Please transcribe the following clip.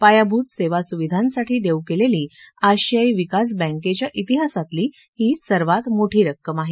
पायाभूत सेवासुविधांसाठी देऊ केलेली आशियाई विकास बँकेच्या इतिहासातली ही सर्वात मोठी रक्कम आहे